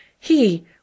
He